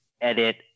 edit